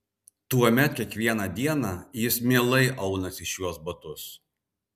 tuomet kiekvieną dieną jis mielai aunasi šiuos batus